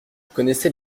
connaissais